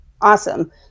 Awesome